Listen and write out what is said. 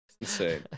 Insane